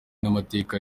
n’amateka